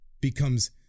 becomes